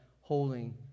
holding